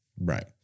Right